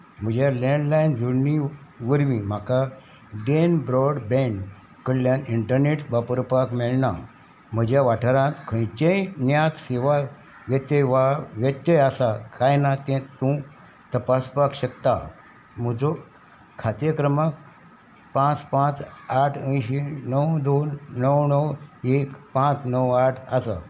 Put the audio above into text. म्हज्या लॅंडलायन जुळणी वरवीं म्हाका डेन ब्रॉडबँड कडल्यान इंटरनेट वापरपाक मेळना म्हज्या वाठारांत खंयचेय ज्ञान सेवा वेत वा व्यतेय आसा काय ना तें तूं तपासपाक शकता म्हजो खात्या क्रमांक पांच पांच आठ अंयशी णव दोन णव णव एक पांच णव आठ आसा